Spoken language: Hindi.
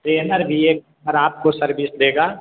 ट्रेनर भी एक आपको सर्विस देगा